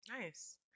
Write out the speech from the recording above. nice